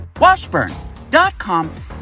Washburn.com